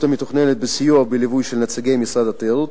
המתוכננת בסיוע ובליווי של נציגי משרד התיירות,